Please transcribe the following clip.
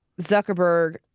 Zuckerberg